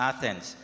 Athens